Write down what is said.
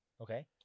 Okay